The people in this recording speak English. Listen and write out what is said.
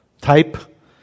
type